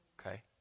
Okay